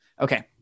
Okay